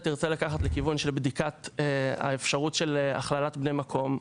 לקחת לכיוון של בדיקת האפשרות של הכללת בני מקום,